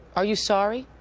are you sorry?